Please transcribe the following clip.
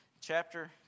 Chapter